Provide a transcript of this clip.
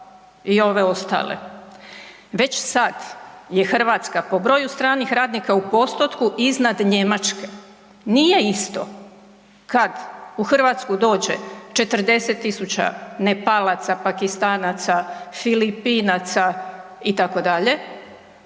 i ove ostale. Već sada je Hrvatska po broju stranih radnika u postotku iznad Njemačke. Nije isto kada u Hrvatsku dođe 40 tisuća Nepalaca, Pakistanaca, Filipinaca itd.